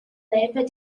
labour